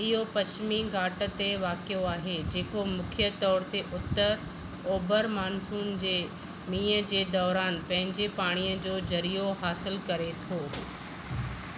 इहो पश्चिमी घाटु ते वाक़िअ आहे जेको मुख्य तौरु ते उत्तर ओभिरि मानसून जे मींहुं जे दौरान पंहिंजे पाणी जो ज़रियो हासिलु करे थो